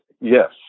yes